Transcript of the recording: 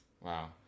Wow